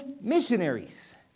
missionaries